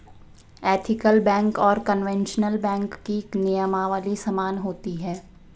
ethical bank और conventional bank की नियमावली समान होती है